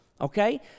okay